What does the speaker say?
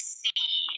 see